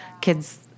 Kids